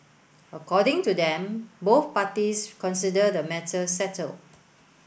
according to them both parties consider the matter settled